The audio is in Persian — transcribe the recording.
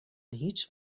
هیچ